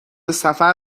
سفر